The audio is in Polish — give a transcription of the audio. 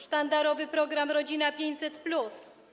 Sztandarowy program „Rodzina 500+”